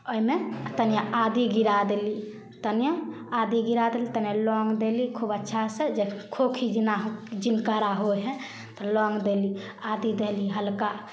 ओहिमे तनि आदी गिरा देली तनि आदी गिरा देली तनि लौंग देली खूब अच्छासँ जे खोखी जिना जिनकरा होइ हइ तऽ लौंग देली आदी देली हल्का